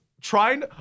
Trying